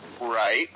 Right